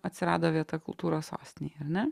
atsirado vieta kultūros sostinėj ar ne